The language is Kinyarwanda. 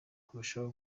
kurushaho